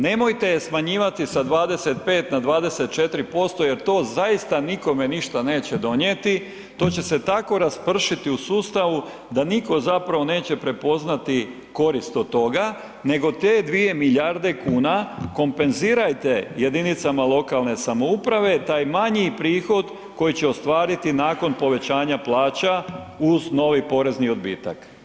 Nemojte je smanjivati sa 25 na 24% jer to zaista nikome ništa neće donijeti, to će se tako raspršiti u sustavu da nitko zapravo neće prepoznati korist od toga nego te 2 milijarde kuna kompenzirajte jedinicama lokalne samouprave, taj manji prihod koji će ostvariti nakon povećanja plaća uz novi porezni odbitak.